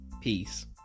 Peace